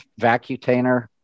vacutainer